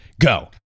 Go